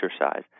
exercise